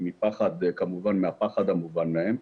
כמובן מהפחד המובן מהם,